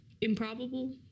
improbable